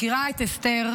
מכירה את אסתר,